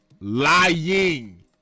Lying